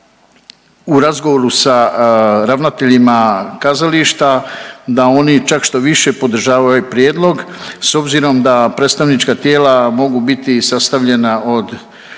u razgovoru sa ravnateljima kazališta da oni čak štoviše podržavaju ovaj prijedlog s obzirom da predstavnička tijela mogu biti sastavljena od